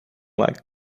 like